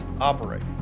operate